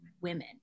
women